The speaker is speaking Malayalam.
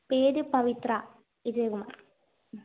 പേര് പവിത്ര വിജയകുമാർ